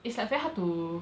it's like very hard to